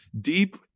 deep